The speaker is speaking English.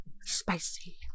spicy